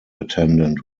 attendant